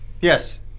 Yes